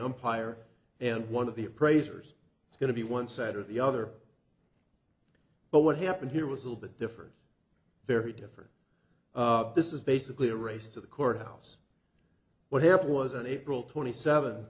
umpire and one of the appraisers it's going to be one side or the other but what happened here was a little bit different very different this is basically a race to the courthouse what happened was on april twenty seven